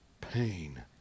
pain